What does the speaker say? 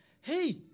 Hey